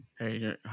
Hey